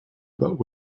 but